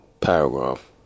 paragraph